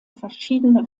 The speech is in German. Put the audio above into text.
verschiedene